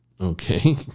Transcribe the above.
okay